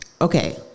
Okay